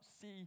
see